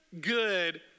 good